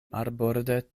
marborde